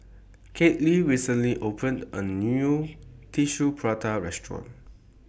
Kyleigh recently opened A New Tissue Prata Restaurant